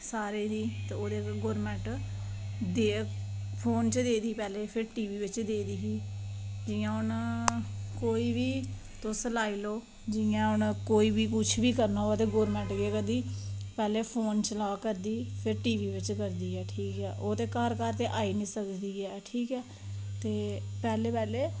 सारें गी गौरमेंट देग ते फोन च देई गी पैह्लें फिर टीवी बिच देनी ही जियां हून कोई बी तुस हून लाई लैओ जियां हून कुछ बी कोई बी करना होग तां गौरमेंट केह् करदी पैह्लें फोन च चला करदी फिर टीली बिच चला करदी ऐ ओह् ते घर घर ते आई निं सकदी ऐ ठीक ऐ ते पैह्लें पैह्लें